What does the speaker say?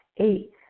Eight